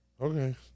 Okay